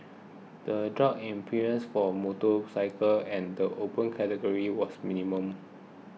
the drop in premiums for motorcycles and the Open Category was minimal